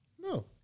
No